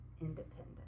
independent